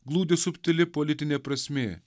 glūdi subtili politinė prasmė